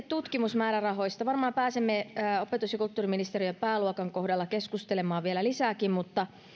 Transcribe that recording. tutkimusmäärärahoista varmaan pääsemme opetus ja kulttuuriministeriön pääluokan kohdalla keskustelemaan vielä lisääkin mutta samoin